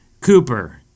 Cooper